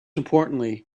importantly